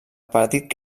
petit